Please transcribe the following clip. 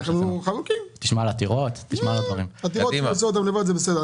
תשמע על עתירות, תשמע על עוד דברים.